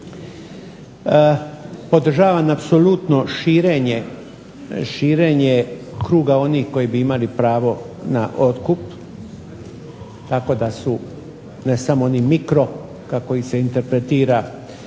Podržavam apsolutno širenje kruga onih koji bi imali pravo na otkup tako da su ne samo oni mikro kako ih se interpretira